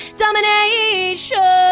domination